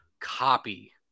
copy